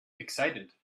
excited